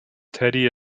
teddy